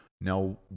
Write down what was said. Now